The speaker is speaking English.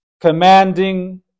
commanding